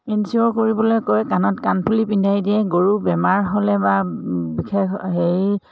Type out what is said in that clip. ইঞ্চিঅ'ৰ কৰিবলৈ কয় কাণত কাণফুলি পিন্ধাই দিয়ে গৰু বেমাৰ হ'লে বা বিশেষ হেৰি